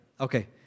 Okay